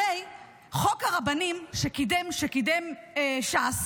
הרי חוק הרבנים שקידמה ש"ס,